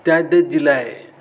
त्यात दिला आहे